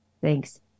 Thanks